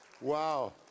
Wow